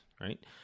Right